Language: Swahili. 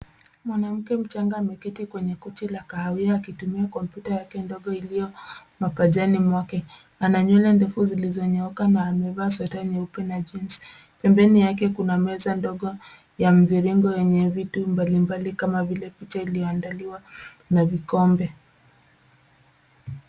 Mwanamke mchanga ameketi kwenye kiti la kahawia akitumia kompyuta yake ndogo ilio mapajani mwake. Ana nywele ndefu zilizonyooka na amevaa sweater nyeupe na jinsi. Pembeni yake kuna meza ndogo ya mviringo yenye vitu mbalimbali kama vile picha iliyoandaliwa na vikombe.